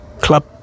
club